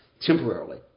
Temporarily